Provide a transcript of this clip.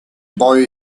boy